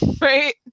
right